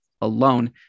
alone